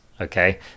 Okay